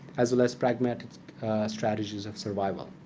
as well as pragmatic strategies of survival.